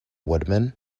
woodman